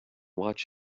watch